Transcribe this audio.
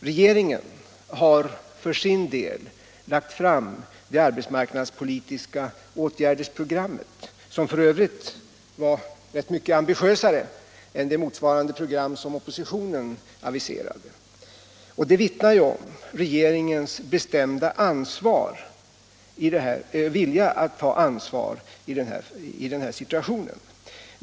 Regeringen har för sin del lagt fram det arbetsmarknadspolitiska åtgärdsprogrammet, som f. ö. var rätt mycket ambitiösare än motsvarande program som oppositionen aviserade. Det vittnar ju om regeringens bestämda vilja att ta ansvar i den här situationen.